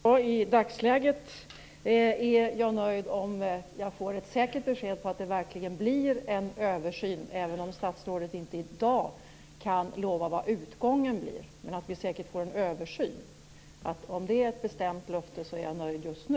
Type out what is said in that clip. Fru talman! I dagsläget är jag nöjd om jag får ett säkert besked om att det verkligen blir en översyn, även om statsrådet inte i dag kan lova vilken utgången blir. Om det är ett bestämt löfte är jag nöjd just nu.